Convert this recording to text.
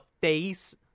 face